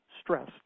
stress